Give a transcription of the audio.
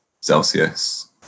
Celsius